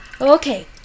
Okay